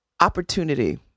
opportunity